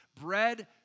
bread